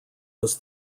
was